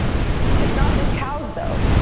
it's not just cows, though,